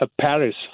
Paris